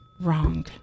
Wrong